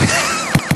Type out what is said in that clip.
תשובה קצרה,